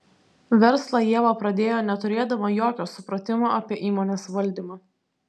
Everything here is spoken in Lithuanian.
verslą ieva pradėjo neturėdama jokio supratimo apie įmonės valdymą